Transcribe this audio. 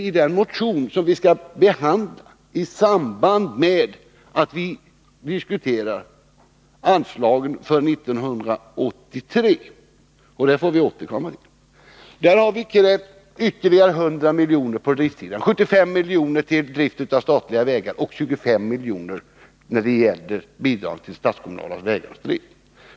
I den motion som vi skall behandla i samband med att vi diskuterar anslagen för 1983 — vilket vi får återkomma till — har vi krävt ytterligare 100 milj.kr. på driftssidan; 75 milj.kr. till drift av statliga vägar och 25 milj.kr. för bidrag till statskommunala vägar.